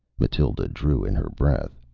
mathild drew in her breath.